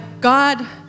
God